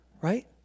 Right